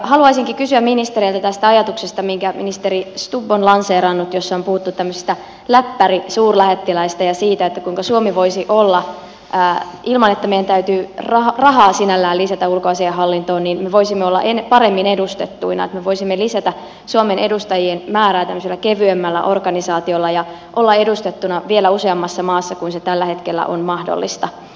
haluaisinkin kysyä ministereiltä tästä ajatuksesta minkä ministeri stubb on lanseerannut jossa on puhuttu tällaisista läppärisuurlähettiläistä ja siitä kuinka suomi voisi olla ilman että meidän täytyy rahaa sinällään lisätä ulkoasiainhallintoon paremmin edustettuna että me voisimme lisätä suomen edustajien määrää tämmöisellä kevyemmällä organisaatiolla ja olla edustettuna vielä useammassa maassa kuin se tällä hetkellä on mahdollista